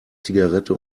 zigarette